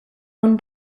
own